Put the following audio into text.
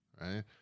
right